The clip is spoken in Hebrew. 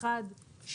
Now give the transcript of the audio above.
האחד,